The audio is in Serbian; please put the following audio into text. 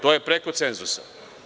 To je preko cenzusa.